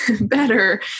better